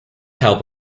help